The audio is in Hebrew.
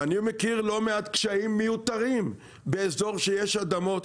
אני מכיר לא מעט קשיים מיותרים באזור שבו יש אדמות.